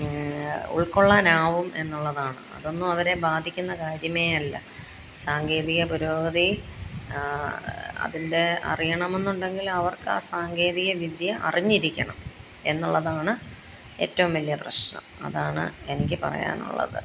ഉൾക്കൊള്ളാനാവും എന്നുള്ളതാണ് അതൊന്നും അവരെ ബാധിക്കുന്ന കാര്യമേയല്ല സാങ്കേതിക പുരോഗതി അതിൻ്റെ അറിയണമെന്നുണ്ടെങ്കിൽ അവർക്കാ സാങ്കേതികവിദ്യ അറിഞ്ഞിരിക്കണം എന്നുള്ളതാണ് ഏറ്റവും വലിയ പ്രശ്നം അതാണ് എനിക്ക് പറയാനുള്ളത്